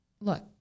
look